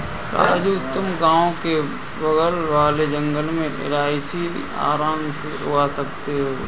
राजू तुम गांव के बगल वाले जंगल में इलायची आराम से उगा सकते हो